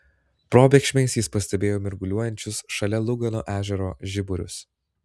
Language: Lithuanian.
probėgšmais jis pastebėjo mirguliuojančius šalia lugano ežero žiburius